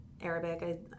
Arabic